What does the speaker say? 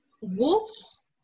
wolves